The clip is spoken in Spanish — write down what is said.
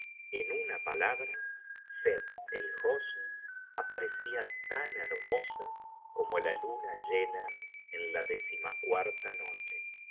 en una palabra sett el hosn aparecía tan hermosa como la luna llena en la décimacuarta noche